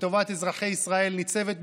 שטובת אזרחי ישראל ניצבת בפניו,